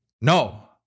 no